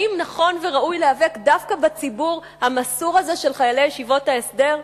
האם נכון וראוי להיאבק דווקא בציבור המסור הזה של חיילי ישיבות ההסדר?